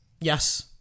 Yes